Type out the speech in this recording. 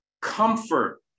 Comfort